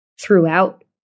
throughout